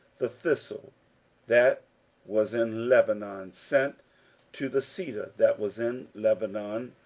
the thistle that was in lebanon sent to the cedar that was in lebanon,